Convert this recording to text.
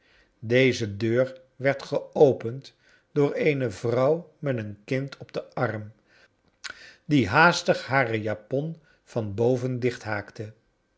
deze deur werd geopend door eene vrouw met een kind op den arm die haastig hare japon van boven diohthaakte